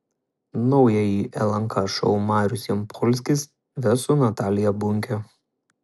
naująjį lnk šou marius jampolskis ves su natalija bunke